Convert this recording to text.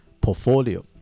portfolio